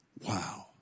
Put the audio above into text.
Wow